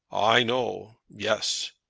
i know yes.